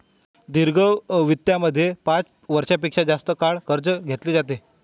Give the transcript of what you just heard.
दीर्घ वित्तामध्ये पाच वर्षां पेक्षा जास्त काळ कर्ज घेतले जाते